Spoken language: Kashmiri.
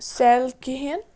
سٮ۪ل کِہیٖنۍ